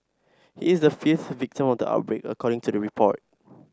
he is the fifth victim of the outbreak according to the report